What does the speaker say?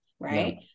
right